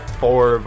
four